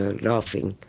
ah laughing,